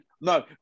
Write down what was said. No